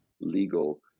legal